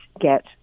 get